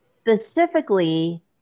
specifically